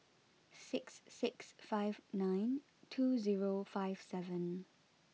six six five nine two zero five seven